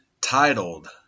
titled